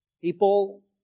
People